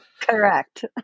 Correct